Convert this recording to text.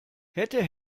hätte